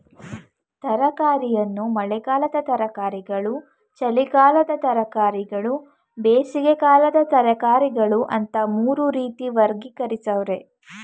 ತರಕಾರಿಯನ್ನು ಮಳೆಗಾಲದ ತರಕಾರಿಗಳು ಚಳಿಗಾಲದ ತರಕಾರಿಗಳು ಬೇಸಿಗೆಕಾಲದ ತರಕಾರಿಗಳು ಅಂತ ಮೂರು ರೀತಿ ವರ್ಗೀಕರಿಸವ್ರೆ